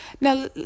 Now